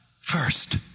first